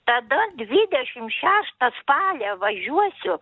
tada dvidešim šeštą spalio važiuosiu